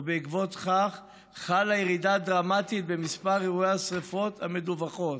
ובעקבות זאת חלה ירידה דרמטית במספר אירועי השרפות המדווחות.